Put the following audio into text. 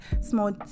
small